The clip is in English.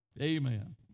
Amen